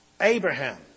Abraham